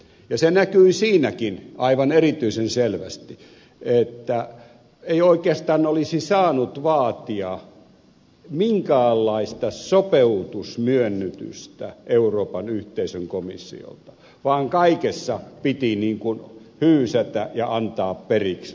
ja se näkyi siinäkin aivan erityisen selvästi että ei oikeastaan olisi saanut vaatia minkäänlaista sopeutusmyönnytystä euroopan yhteisön komissiolta vaan kaikessa piti hyysätä ja antaa vain periksi